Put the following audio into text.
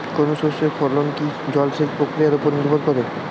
কোনো শস্যের ফলন কি জলসেচ প্রক্রিয়ার ওপর নির্ভর করে?